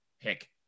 pick